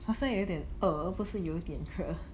好像有一点饿而不是有一点热